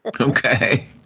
Okay